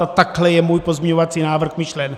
A takhle je můj pozměňovací návrh myšlen.